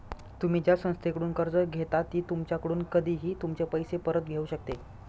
तुम्ही ज्या संस्थेकडून कर्ज घेता ती तुमच्याकडून कधीही तुमचे पैसे परत घेऊ शकते